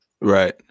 Right